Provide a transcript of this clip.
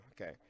okay